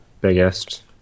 biggest